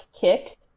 kick